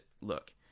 Look